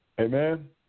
Amen